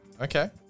Okay